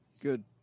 Good